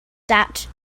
that